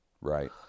right